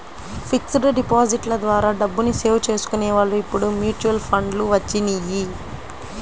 fixed డిపాజిట్ల ద్వారా డబ్బుని సేవ్ చేసుకునే వాళ్ళు ఇప్పుడు మ్యూచువల్ ఫండ్లు వచ్చినియ్యి